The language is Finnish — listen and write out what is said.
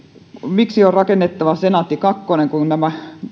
miksi on rakennettava senaatti kakkonen kun nämä